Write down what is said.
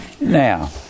Now